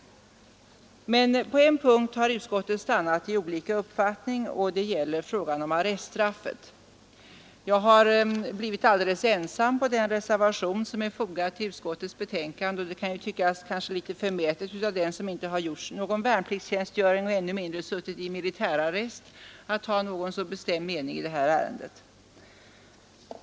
På en punkt har utskottet stannat i olika uppfattning. Det gäller frågan om arreststraffet. Jag har blivit alldeles ensam på den reservation som är fogad till utskottets betänkande. Det kan kanske tyckas litet förmätet av den som inte gjort någon värnpliktstjänstgöring och än mindre suttit i militärarrest att ha någon så bestämd mening i det här ärendet.